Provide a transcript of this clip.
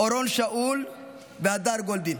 אורון שאול והדר גולדין,